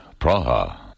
Praha